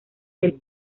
del